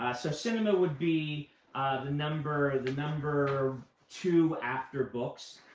ah so cinema would be the number the number two after books.